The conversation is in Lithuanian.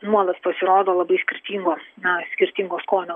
nuolat pasirodo labai skirtingos na skirtingo skonio